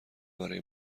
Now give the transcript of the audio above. برای